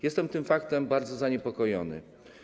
Jestem tym faktem bardzo zaniepokojony.